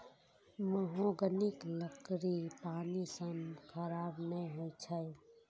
महोगनीक लकड़ी पानि सं खराब नै होइ छै